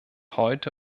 heute